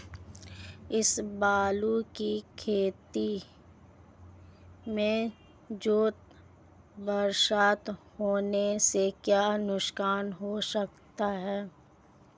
इसबगोल की खेती में ज़्यादा बरसात होने से क्या नुकसान हो सकता है?